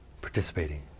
participating